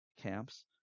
camps